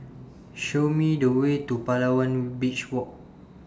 Show Me The Way to Palawan Beach Walk